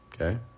Okay